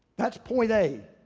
that's point a.